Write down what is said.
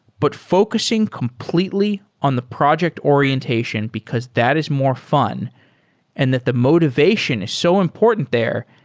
but focusing completely on the project or ientation, because that is more fun and that the motivation is so important there,